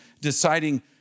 deciding